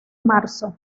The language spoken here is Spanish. marzo